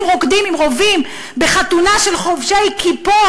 רוקדים עם רובים בחתונה של חובשי כיפות?